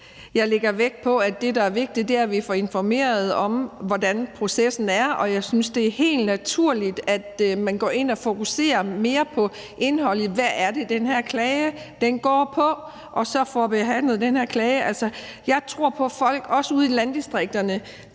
Jeg lægger vægt på, at det, der er vigtigt, er, at vi får informeret om, hvordan processen er. Og jeg synes, det er helt naturligt, at man går ind og fokuserer mere på indholdet, altså hvad det er, en klage går på, og så får behandlet den klage. Jeg tror på, at folk, også ude i landdistrikterne,